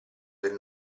del